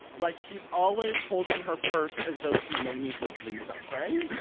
like, she's always holding her purse as though she may need to flee something